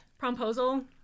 Promposal